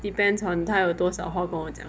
depends on 他有多少话要跟我讲